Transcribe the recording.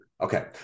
Okay